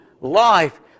life